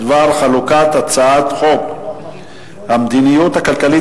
בדבר חלוקת הצעת חוק המדיניות הכלכלית